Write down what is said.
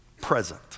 Present